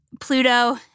Pluto